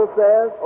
says